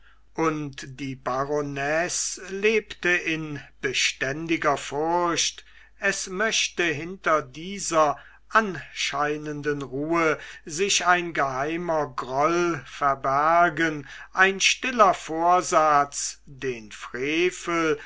und die baronesse lebte in beständiger furcht es machte hinter dieser anscheinenden ruhe sich ein geheimer groll verbergen ein stiller vorsatz den frevel